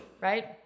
right